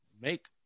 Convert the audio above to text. make